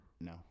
No